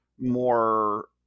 more